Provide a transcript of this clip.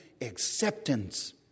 acceptance